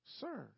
sir